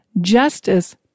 Justice